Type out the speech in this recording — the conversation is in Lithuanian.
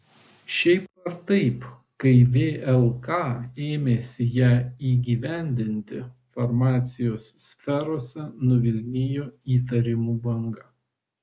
šiaip ar taip kai vlk ėmėsi ją įgyvendinti farmacijos sferose nuvilnijo įtarimų banga